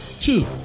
two